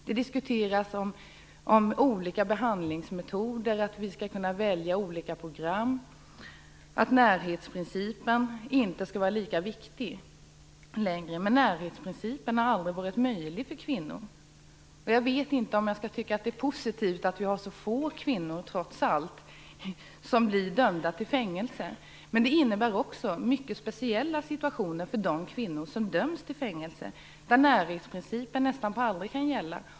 Det diskuteras olika behandlingsmetoder, möjligheten att välja olika program och att närhetsprincipen inte längre skall vara lika viktig. Men närhetsprincipen har aldrig varit möjlig att tillämpa för kvinnor. Jag tycker trots allt att det är positivt att så få kvinnor blir dömda till fängelse. Men de kvinnor som döms till fängelse hamnar i en mycket speciell situation, där närhetsprincipen nästan aldrig kan gälla.